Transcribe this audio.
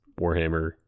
warhammer